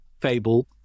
fable